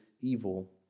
evil